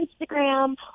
Instagram